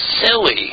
silly